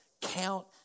Count